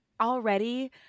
already